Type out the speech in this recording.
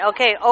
Okay